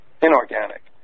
inorganic